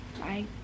Bye